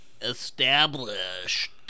Established